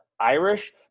Irish